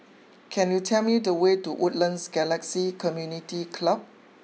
can you tell me the way to Woodlands Galaxy Community Club